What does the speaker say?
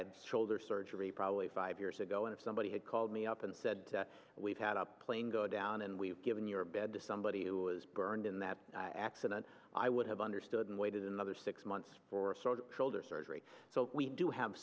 had shoulder surgery probably five years ago and if somebody had called me up and said we've had a plane go down and we've given your bed to somebody who was burned in that accident i would have understood and waited another six months for sort of shoulder surgery so we do have